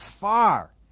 Far